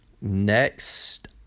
Next